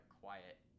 quiet